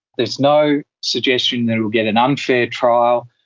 there is no suggestion that it will get an unfair trial.